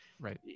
right